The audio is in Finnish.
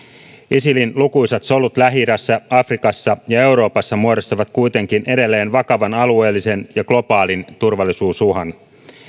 isilin lukuisat solut lähi idässä afrikassa ja euroopassa muodostavat kuitenkin edelleen vakavan alueellisen ja globaalin turvallisuusuhan